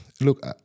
Look